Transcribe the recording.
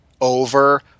over